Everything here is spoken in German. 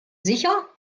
sicher